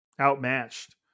outmatched